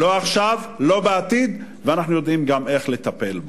לא עכשיו, לא בעתיד, ואנחנו יודעים איך לטפל בו.